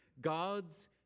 God's